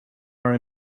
are